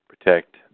protect